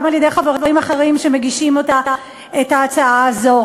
על-ידי חברים אחרים שמגישים את ההצעה הזאת.